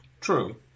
True